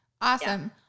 Awesome